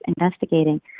investigating